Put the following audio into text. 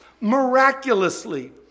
miraculously